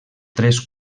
tres